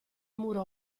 muro